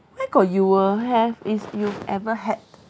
where got you will have it's you've ever had